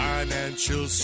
Financial